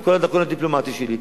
עם כל הדרכון הדיפלומטי שלי.